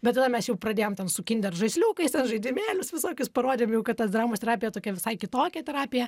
bet tada mes jau pradėjom ten su kinder žaisliukais ten žaidimėlius visokius parodėm jau kad tas dramos terapija tokia visai kitokia terapija